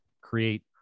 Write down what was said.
create